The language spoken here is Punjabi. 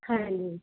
ਹਾਂਜੀ